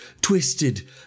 twisted